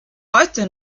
heute